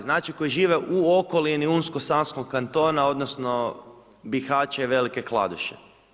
Znači oni koji žive u okolini Unsko-sanskog kantona odnosno Bihaća i Velike Kladuše.